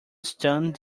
stunned